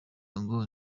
ngo